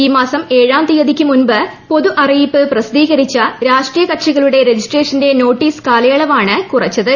ഈ മാസം ഏഴാം തീയതിക്കുമുമ്പ് പൊതുഅറിയിപ്പ് പ്രസിദ്ധീകരിച്ച രാഷ്ട്രീയ കക്ഷികളുടെ രജിസ്ട്രേഷന്റെ നോട്ടീസ് കാലയളവാണ് കുറച്ചത്